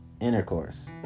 intercourse